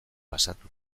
pasatu